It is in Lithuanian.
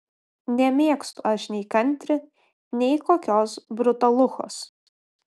nemėgstu aš nei kantri nei kokios brutaluchos